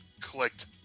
clicked